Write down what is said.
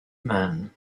man